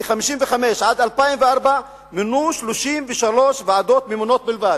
מ-1955 עד 2004 מונו 33 ועדות ממונות בלבד,